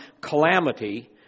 calamity